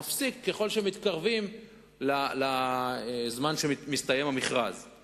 מפסיקה ככל שמתקרבים לזמן שהמכרז מסתיים.